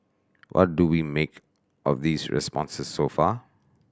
what do we make of these responses so far